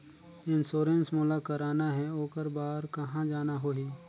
Insurance मोला कराना हे ओकर बार कहा जाना होही?